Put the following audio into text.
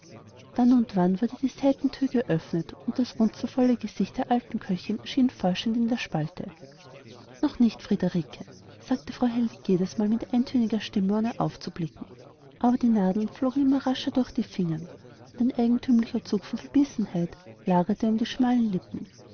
dann und wann wurde eine seitenthür geöffnet und das runzelvolle gesicht einer alten köchin erschien forschend in der spalte noch nicht friederike sagte frau hellwig jedesmal mit eintöniger stimme ohne aufzublicken aber die nadeln flogen immer rascher durch die finger und ein eigentümlicher zug von verbissenheit lagerte um die schmalen lippen